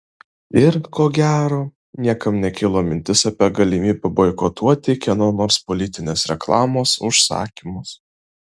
ir ko gero niekam nekilo mintis apie galimybę boikotuoti kieno nors politinės reklamos užsakymus